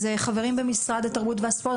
אז חברים במשרד התרבות והספורט,